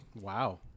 Wow